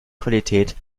qualität